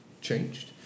changed